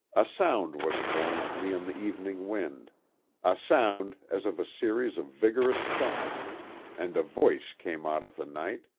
a sound was borne to me on the evening wind a sound as of a series of vigorous thumps and a voice came out of the night